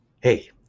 Hey